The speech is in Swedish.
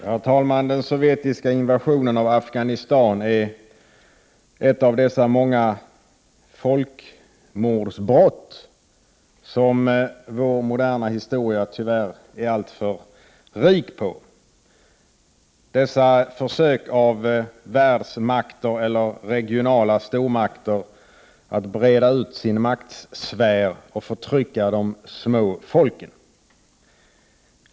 Herr talman! Den sovjetiska invasionen i Afghanistan är ett av dessa många folkmordsbrott som vår moderna historia tyvärr är alltför rik på — dessa försök av världsmakter eller regionala stormakter att breda ut sin maktsfär och förtrycka de små folken.